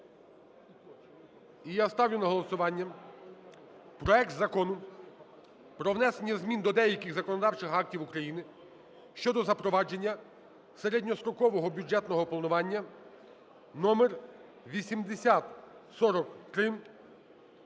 І я ставлю на голосування проект Закону про внесення змін до деяких законодавчих актів України щодо запровадження середньострокового бюджетного планування (№ 8043)